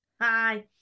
hi